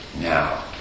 now